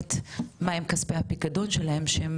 שואלת מה עם כספי הפיקדון שלהם?